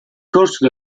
corso